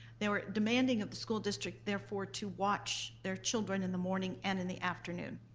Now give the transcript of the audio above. they were demanding of the school district therefore to watch their children in the morning and in the afternoon.